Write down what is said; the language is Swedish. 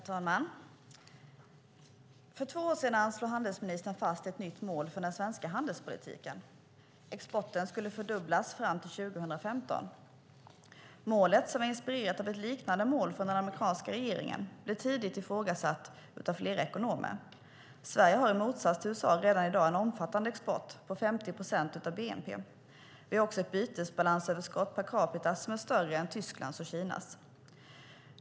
Herr talman! För två år sedan slog handelsministern fast ett nytt mål för den svenska handelspolitiken. Exporten skulle fördubblas fram till 2015. Målet, som var inspirerat av ett liknande mål från den amerikanska regeringen, blev tidigt ifrågasatt av flera ekonomer. Sverige har, i motsats till USA, redan i dag en omfattande export på 50 procent av bnp. Vi har också ett bytesbalansöverskott per capita som är större än Tysklands och Kinas.